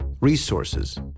resources